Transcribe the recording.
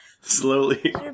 Slowly